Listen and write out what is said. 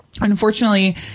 Unfortunately